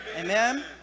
Amen